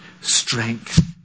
strength